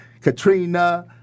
Katrina